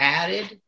added